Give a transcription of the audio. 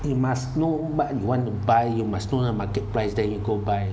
you must know what you want to buy you must know the market price then you go buy